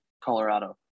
Colorado